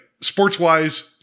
sports-wise